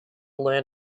learn